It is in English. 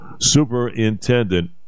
superintendent